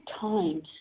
times